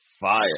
fire